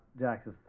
Jax's